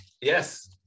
Yes